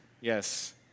yes